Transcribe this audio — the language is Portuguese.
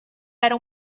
era